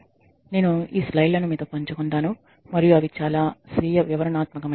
s నేను ఈ స్లైడ్లను మీతో పంచుకుంటాను మరియు అవి చాలా స్వీయ వివరణాత్మకమైనవి